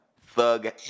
Thug